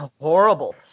horrible